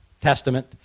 Testament